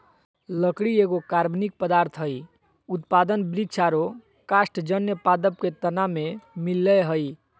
लकड़ी एगो कार्बनिक पदार्थ हई, उत्पादन वृक्ष आरो कास्टजन्य पादप के तना में मिलअ हई